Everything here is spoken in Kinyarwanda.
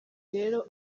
rero